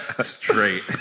Straight